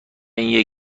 این